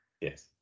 yes